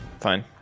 Fine